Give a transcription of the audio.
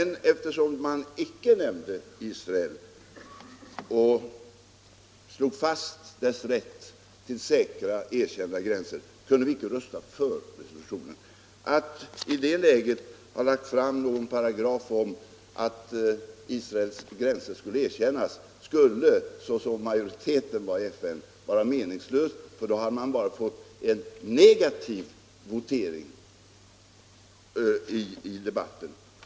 Men eftersom man icke nämnde Israel och slog fast dess rätt till säkra, erkända gränser, kunde vi icke rösta för resolutionen. Att i det läget tillägga en paragraf om att Israels gränser skulle erkännas skulle, såsom majoriteten i FN var sammansatt, ha varit meningslöst. Då hade man bara fått en negativ notering i debatten.